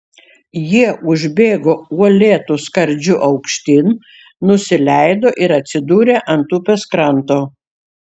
jie užbėgo uolėtu skardžiu aukštyn nusileido ir atsidūrė ant upės kranto